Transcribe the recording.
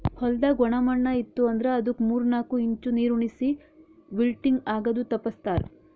ಹೊಲ್ದಾಗ ಒಣ ಮಣ್ಣ ಇತ್ತು ಅಂದ್ರ ಅದುಕ್ ಮೂರ್ ನಾಕು ಇಂಚ್ ನೀರುಣಿಸಿ ವಿಲ್ಟಿಂಗ್ ಆಗದು ತಪ್ಪಸ್ತಾರ್